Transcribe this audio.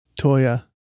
Toya